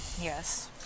yes